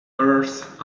earth